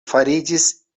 fariĝis